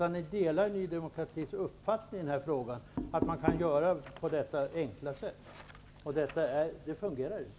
Ni delar Ny demokratis uppfattning, att man kan göra på detta enkla sätt, och det fungerar inte.